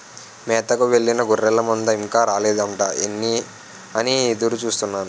మేతకు వెళ్ళిన గొర్రెల మంద ఇంకా రాలేదేంటా అని ఎదురు చూస్తున్నాను